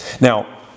Now